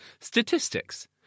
statistics